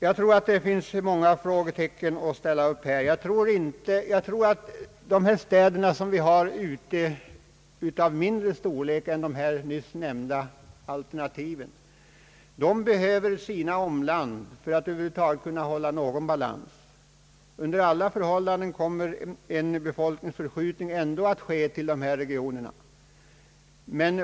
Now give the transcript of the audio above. Jag tror man kan sätta många frågetecken här. Städer och orter av mindre storlek än de här nyss nämnda behöver sina omland för att över huvud taget kunna hålla en befolkningsbalans. Under alla förhållanden kommer en viss befolkningsförskjutning ändå att ske till dessa regioner.